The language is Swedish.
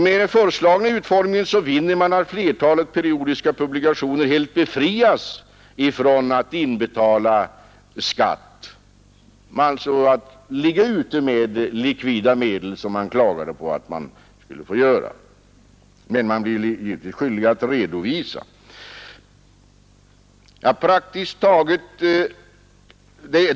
Med den föreslagna utformningen vinner man att flertalet periodiska publikationer helt befrias från att inbetala skatt och att alltså ligga ute med likvida medel, som man klagade över att man skulle få göra. Men man blir givetvis skyldig att redovisa.